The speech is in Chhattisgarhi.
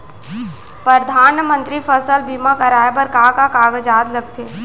परधानमंतरी फसल बीमा कराये बर का का कागजात लगथे?